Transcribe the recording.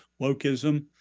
wokeism